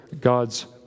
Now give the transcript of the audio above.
God's